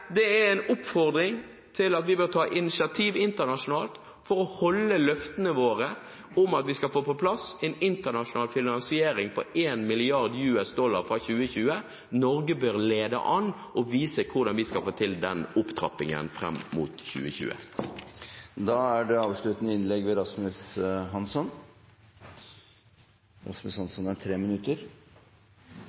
Det tredje er en oppfordring til at vi bør ta initiativ internasjonalt for å holde løftene våre om at vi skal få på plass en internasjonal finansiering på 1 mrd. USD fra 2020. Norge bør lede an og vise hvordan vi skal få til den opptrappingen fram mot 2020. Jeg vil takke deltakerne i denne debatten for innlegg som i hvert fall viser at det fortsatt er